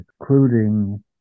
including